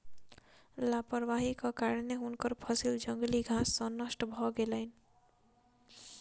लापरवाहीक कारणेँ हुनकर फसिल जंगली घास सॅ नष्ट भ गेलैन